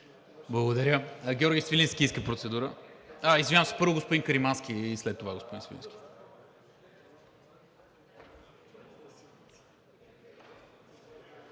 Благодаря. Георги Свиленски иска процедура. (Реплики.) Извинявам се, първо, господин Каримански, а след това господин Свиленски.